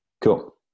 Cool